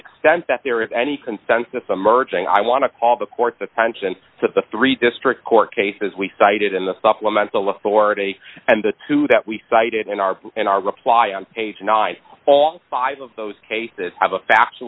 extent that there is any consensus emerging i want to call the court's attention to the three district court cases we cited in the supplemental authority and the two that we cited in our in our reply on page nine all five of those cases have a